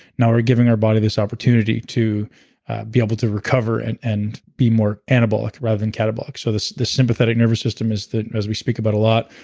now we're giving our body this opportunity to be able to recover and and be more anabolic rather than catabolic. so this this sympathetic nervous system is the as we speak about a lot,